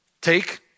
Take